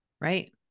Right